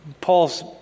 Paul's